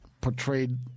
portrayed